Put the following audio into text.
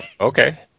okay